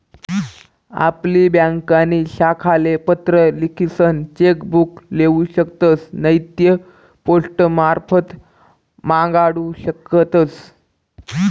आपली ब्यांकनी शाखाले पत्र लिखीसन चेक बुक लेऊ शकतस नैते पोस्टमारफत मांगाडू शकतस